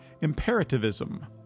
imperativism